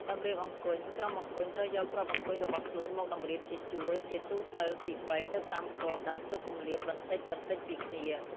តម្រៀបអង្គញ់ ក្រុមអង្គញ់ត្រូវយកគ្រាប់អង្គញ់របស់ខ្លួនមកតម្រៀបជាជួរ ជាទូទៅពី ៣ ទៅ ៥ គ្រាប់ ដោយទុកគម្លាតបន្តិចៗពីគ្នា ។